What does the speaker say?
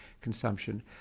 consumption